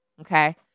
Okay